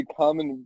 common